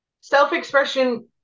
self-expression